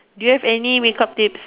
do you have any make up tips